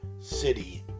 city